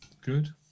Good